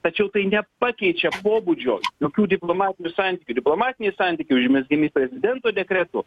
tačiau tai nepakeičia pobūdžio jokių diplomatinių santykių diplomatiniai santykiai užmezgami prezidento dekretu